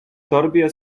torbie